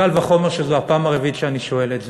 קל וחומר כשזו הפעם הרביעית שאני שואל את זה: